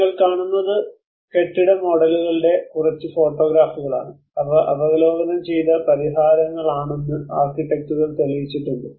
നിങ്ങൾ കാണുന്നത് കെട്ടിട മോഡലുകളുടെ കുറച്ച് ഫോട്ടോഗ്രാഫുകളാണ് അവ അവലോകനം ചെയ്ത പരിഹാരങ്ങളാണെന്ന് ആർക്കിടെക്റ്റുകൾ തെളിയിച്ചിട്ടുണ്ട്